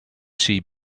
see